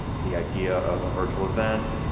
the idea of a virtual event,